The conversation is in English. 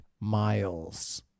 miles